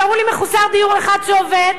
תראו לי מחוסר דיור אחד שעובד.